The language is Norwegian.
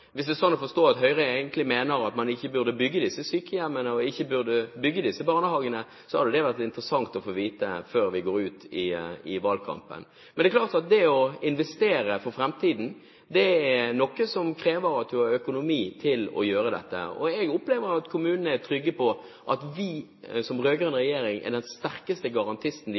Hvis det er slik å forstå at Høyre egentlig mener at man ikke burde bygge disse sykehjemmene og ikke burde bygge disse barnehagene, så hadde det vært interessant å få vite før vi går ut i valgkampen. Det er klart at det å investere for framtiden krever at du har økonomi til å gjøre det, og jeg opplever at kommunene er trygge på at vi, den rød-grønne regjeringen, er den sterkeste garantisten de